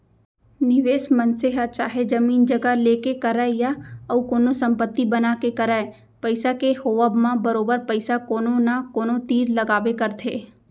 निवेस मनसे ह चाहे जमीन जघा लेके करय या अउ कोनो संपत्ति बना के करय पइसा के होवब म बरोबर पइसा कोनो न कोनो तीर लगाबे करथे